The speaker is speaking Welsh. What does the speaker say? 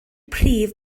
prif